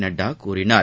நட்டா கூறினார்